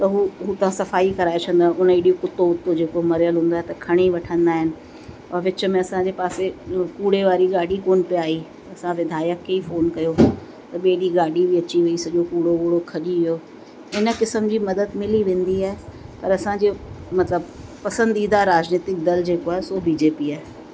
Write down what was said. त हू हुतां सफ़ाई कराए छॾंदो आहे उने ई ॾींहुं कुतो वुत्तो जेको मरियल हूंदो आहे त खणी वठंदा आहिनि और विच में असांजे पासे कूड़े वारी गाॾी कोन पिया आई असां विधायक खे ई फोन कयो त ॿिए ॾींहुं गाॾी बि अची वई सॼो कूड़ो वूड़ो खॼी वियो इन क़िस्म जी मदद मिली वेंदी आहे पर असांजे मतिलबु पसंदीदा राजनीतिक दल जेको आहे सो बीजेपी आहे